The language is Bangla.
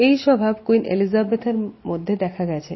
এই স্বভাব কুইন এলিজাবেথ এর মধ্যে দেখা গেছে